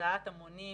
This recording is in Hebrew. הסעת המונים,